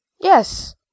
Yes